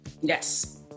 Yes